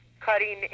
cutting